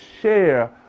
share